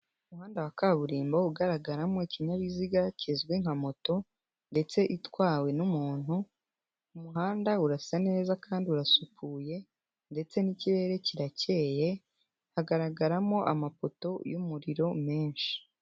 Umuhanda wa kaburimbo ugaragaramo ikinyabiziga kizwi nka moto ndetse itwawe n'umuntu, umuhanda urasa neza kandi urasukuye ndetse n'ikirere kirakeye hagaragaramo amapoto y'umuriro menshi.